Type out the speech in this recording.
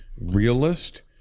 realist